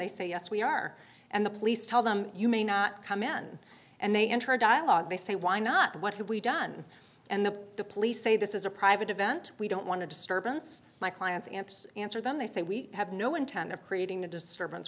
they say yes we are and the police tell them you may not come in and they enter a dialogue they say why not what have we done and the police say this is a private event we don't want to disturbance my clients and answer them they say we have no intent of creating a disturbance